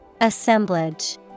Assemblage